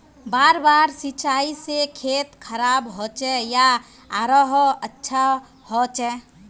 बार बार सिंचाई से खेत खराब होचे या आरोहो अच्छा होचए?